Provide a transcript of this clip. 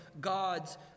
God's